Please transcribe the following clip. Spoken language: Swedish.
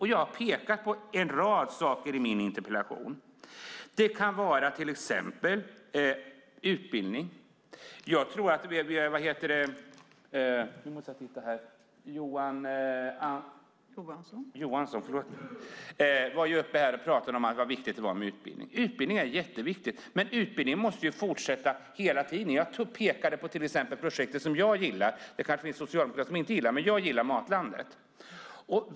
I min interpellation har jag pekat på en rad saker: Det kan vara till exempel utbildning. Johan J. Nu måste jag titta efter namnet. Johan Johansson var uppe och talade om hur viktigt det är med utbildning. Utbildning är jätteviktigt, men den måste fortsätta hela tiden. Jag pekade på ett projekt som jag gillar, nämligen Matlandet Sverige.